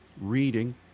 reading